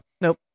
Nope